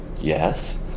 yes